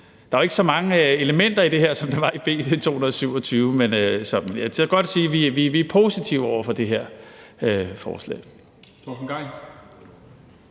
Der er jo ikke så mange elementer i det her forslag, som der var i B 227. Så jeg tør godt sige, at vi er positive over for det her forslag. Kl.